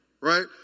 right